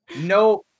No